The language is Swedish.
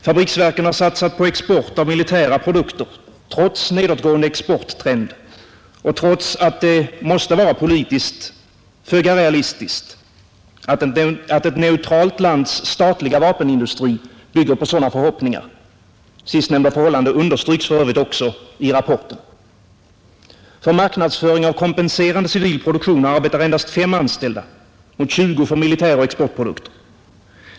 Fabriksverken har satsat på export av militära produkter, trots nedåtgående exporttrend och trots att det måste vara politiskt föga realistiskt att ett neutralt lands statliga vapenindustri bygger på sådana förhoppningar. Sistnämnda förhållande understryks för övrigt också i rapporten. För marknadsföring av kompenserande civil produktion arbetar endast fem anställda mot 20 för militäroch exportprodukter.